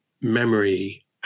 memory